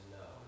no